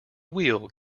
wheel